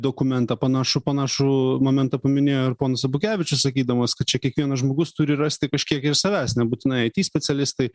dokumentą panašų panašų momentą paminėjo ir ponas abukevičius sakydamas kad čia kiekvienas žmogus turi rasti kažkiek ir savęs nebūtinai it specialistai